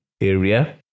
area